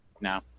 No